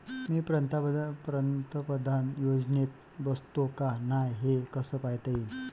मी पंतप्रधान योजनेत बसतो का नाय, हे कस पायता येईन?